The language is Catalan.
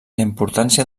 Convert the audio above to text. importància